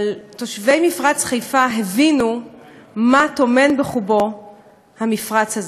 אבל תושבי מפרץ חיפה הבינו מה טומן בחובו המפרץ הזה.